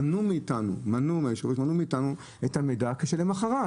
מנעו מאתנו את המידע, ולמחרת